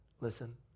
Listen